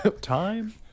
Time